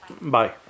Bye